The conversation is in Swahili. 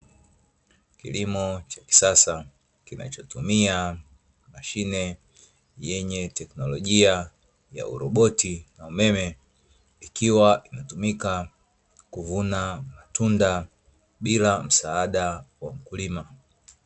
Kilimo cha kisasa kinachotumia mashine yenye teknolojia ya uroboti na umeme ikiwa inatumika kuvuna matunda bila msaada wa mkulima.